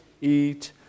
eat